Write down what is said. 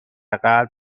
قلب